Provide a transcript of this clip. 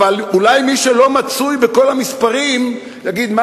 אולי מי שלא מצוי בכל המספרים יגיד: מה